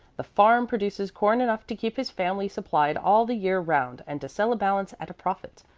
the farm produces corn enough to keep his family supplied all the year round and to sell a balance at a profit.